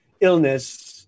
illness